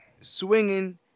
Swinging